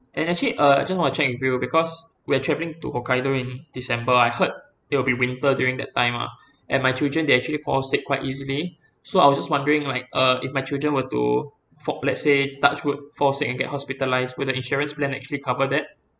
and actually uh I just want to check with you because we're travelling to hokkaido in december I heard it will be winter during that time ah and my children they actually fall sick quite easily so I was just wondering like uh if my children were to fall let's say touch wood fall sick and get hospitalised will the insurance plan actually cover that